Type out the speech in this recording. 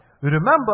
Remember